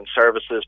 services